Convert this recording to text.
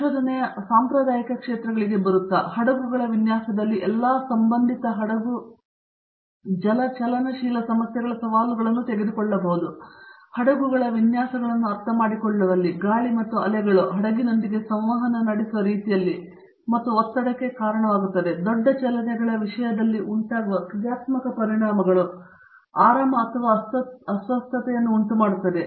ಸಂಶೋಧನೆಯ ಸಾಂಪ್ರದಾಯಿಕ ಕ್ಷೇತ್ರಗಳಿಗೆ ಬರುತ್ತಾ ಹಡಗುಗಳ ವಿನ್ಯಾಸದಲ್ಲಿ ಎಲ್ಲ ಸಂಬಂಧಿತ ಹಡಗು ಜಲ ಚಲನಶೀಲ ಸಮಸ್ಯೆಗಳ ಸವಾಲುಗಳನ್ನು ತೆಗೆದುಕೊಳ್ಳಬಹುದು ಹಡಗುಗಳ ವಿನ್ಯಾಸಗಳನ್ನು ಅರ್ಥಮಾಡಿಕೊಳ್ಳುವಲ್ಲಿ ಗಾಳಿ ಮತ್ತು ಅಲೆಗಳು ಹಡಗಿನೊಂದಿಗೆ ಸಂವಹನ ನಡೆಸುವ ರೀತಿಯಲ್ಲಿ ಮತ್ತು ಒತ್ತಡಕ್ಕೆ ಕಾರಣವಾಗುತ್ತದೆ ದೊಡ್ಡ ಚಲನೆಗಳ ವಿಷಯದಲ್ಲಿ ಉಂಟಾಗುವ ಕ್ರಿಯಾತ್ಮಕ ಪರಿಣಾಮಗಳು ಆರಾಮ ಅಥವಾ ಅಸ್ವಸ್ಥತೆಯನ್ನು ಉಂಟುಮಾಡುತ್ತವೆ